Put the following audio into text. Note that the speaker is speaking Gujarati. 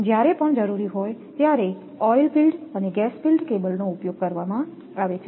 જ્યારે પણ જરૂરી હોય ત્યારે ઓઇલ ફિલ્ડ અને ગેસ ફિલ્ડ કેબલનો ઉપયોગ કરવામાં આવે છે